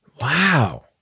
Wow